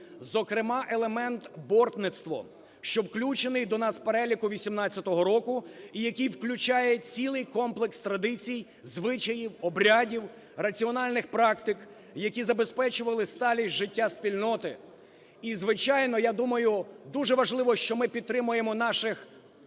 зокрема елемент "Бортництво", що включений донацпереліку 2018 року і який включає цілий комплекс традицій, звичаїв, обрядів, раціональних практик, які забезпечували сталість життя спільноти. І, звичайно, я думаю, дуже важливо, що ми підтримуємо наших